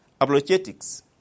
apologetics